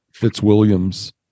Fitzwilliams